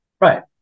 Right